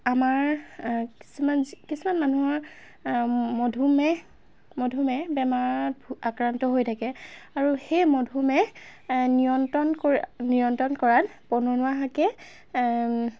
আমাৰ কিছুমান কিছুমান মানুহৰ মধুমেহ মধুমেহ বেমাৰত আক্ৰান্ত হৈ থাকে আৰু সেই মধুমেহ নিয়ন্ত্ৰণ কৰা নিয়ন্ত্ৰণ কৰাত পনোৱা শাকে